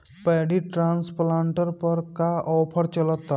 Paddy transplanter पर का offer चलता?